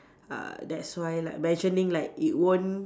uh that's why like imagining like it won't